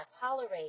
tolerate